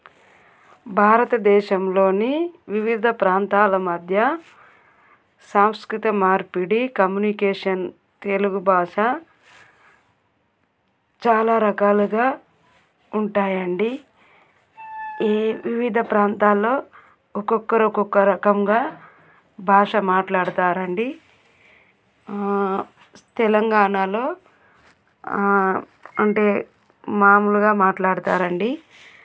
భారతదేశంలోని వివిధ ప్రాంతాల మధ్య సాంస్కృతిక మార్పిడి కమ్యూనికేషన్ తెలుగు భాష చాలా రకాలుగా ఉంటాయండి ఈ వివిధ ప్రాంతాలలో ఒక్కొక్కరు ఒక్కొక్క రకంగా భాష మాట్లాడతారండి స్ తెలంగాణాలో అంటే మామూలుగా మాట్లాడతారండి